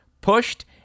pushed